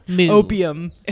opium